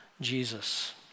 Jesus